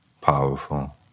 powerful